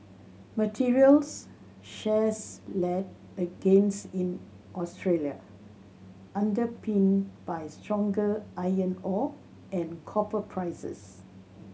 materials shares led a gains in Australia underpinned by stronger iron ore and copper prices